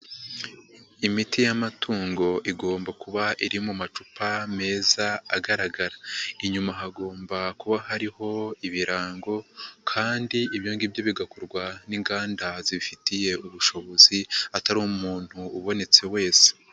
Imiti y'amatungo igomba kuba iri mu macupa meza agaragara. Inyuma hagomba kuba hariho ibirango, kandi ibyo ngibyo bigakorwa n'inganda zibifitiye ubushobozi atari umuntu ubonetse wese.